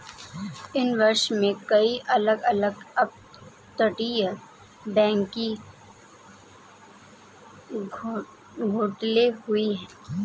इन वर्षों में, कई अलग अलग अपतटीय बैंकिंग घोटाले हुए हैं